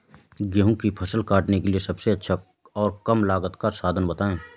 गेहूँ की फसल काटने के लिए सबसे अच्छा और कम लागत का साधन बताएं?